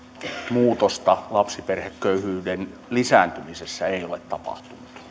muutosta lapsiperheköyhyyden lisääntymisessä ei ole tapahtunut